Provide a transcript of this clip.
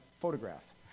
Photographs